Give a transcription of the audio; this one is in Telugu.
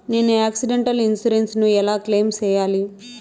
నేను ఆక్సిడెంటల్ ఇన్సూరెన్సు ను ఎలా క్లెయిమ్ సేయాలి?